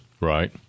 Right